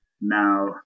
now